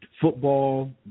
football